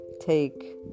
take